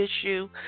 issue